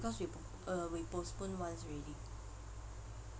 because we p~ uh we postpone once already